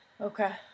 Okay